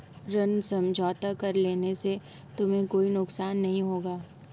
ऋण समझौता कर लेने से तुम्हें कोई नुकसान नहीं होगा